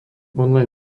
online